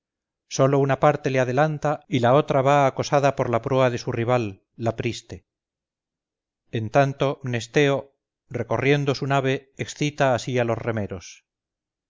sólo una parte le adelanta y la otra va acosada por la proa de su rival la priste en tanto mnesteo recorriendo su nave excita así a los remeros